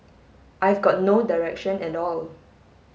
I've got no direction at all